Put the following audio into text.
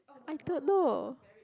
I don't know